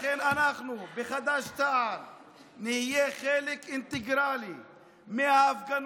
לכן אנחנו בחד"ש-תע"ל נהיה חלק אינטגרלי מההפגנות,